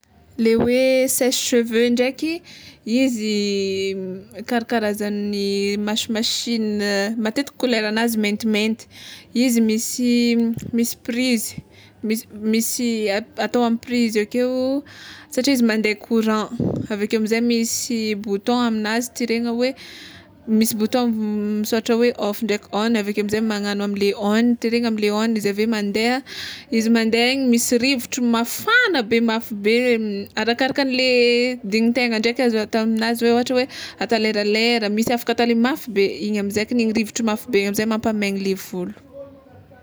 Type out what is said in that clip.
Le hoe seche cheveu ndraiky izy karakarazagn'ny machimachine matetiky koleranazy maintimainty, izy misy misy prizy, misy misy atao amy prizy ake satria izy mande courant aveke amizay misy bouton aminazy tirena hoe misy bouton misôratra off ndraiky on aveke amizay magnano amle on tirena amle on izy aveo mandeha izy mandeha igny misy rivotro mafagna be mafy be arakarakanle dignintegna ndraika azo atao aminazy hoe ôhatra hoe atao leralera misy afaka atao le mafy be igny amizay de igny rivotro mafy be igny amizay mampamegny le volo.